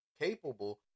capable